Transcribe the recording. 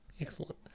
excellent